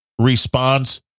response